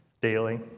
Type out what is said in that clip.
daily